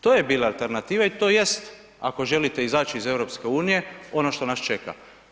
To je bila alternativa i to jest ako želite izaći iz EU-a, ono što nas čeka.